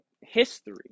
history